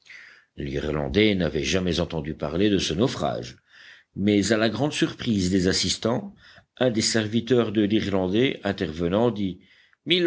l'irlandais n'avait jamais entendu parler de ce naufrage mais à la grande surprise des assistants un des serviteurs de l'irlandais intervenant dit